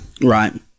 Right